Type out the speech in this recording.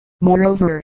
moreover